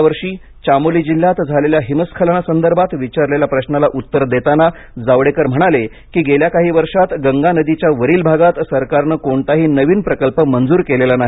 यावर्षी चामोली जिल्ह्यात झालेल्या हिमस्खलनासंदर्भात विचारलेल्या प्रश्नाला उत्तर देताना जावडेकर म्हणाले की गेल्या काही वर्षांत गंगा नदीच्या वरील भागात सरकारने कोणताही नवीन प्रकल्प मंजूर केलेला नाही